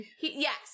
Yes